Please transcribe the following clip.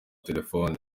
telefone